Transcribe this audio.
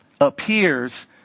appears